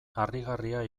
harrigarria